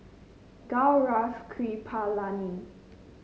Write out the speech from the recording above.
Gaurav Kripalani